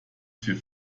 für